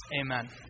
Amen